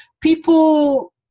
people